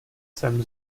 sem